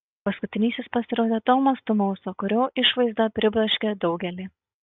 paskutinysis pasirodė tomas tumosa kurio išvaizda pribloškė daugelį